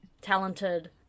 talented